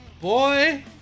Boy